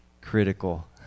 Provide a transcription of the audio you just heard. critical